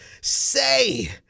say